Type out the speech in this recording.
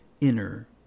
inner